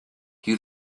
you